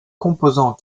composant